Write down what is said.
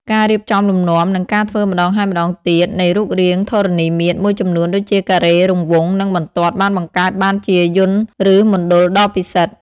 ការរៀបចំលំនាំ និងការធ្វើម្តងហើយម្តងទៀតនៃរូបរាងធរណីមាត្រមួយចំនួនដូចជាការ៉េ រង្វង់ និងបន្ទាត់បានបង្កើតបានជាយន្ត ឬមណ្ឌលដ៏ពិសិដ្ឋ។